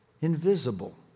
invisible